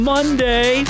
Monday